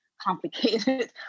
complicated